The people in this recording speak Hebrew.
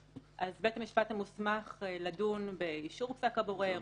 אז בית המשפט המוסמך לדון באישור פסק הבורר,